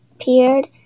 appeared